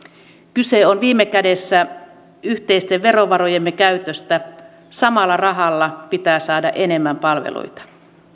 kyse on viime kädessä yhteisten verovarojemme käytöstä samalla rahalla pitää saada enemmän palveluita